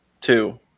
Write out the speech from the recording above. two